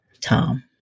Tom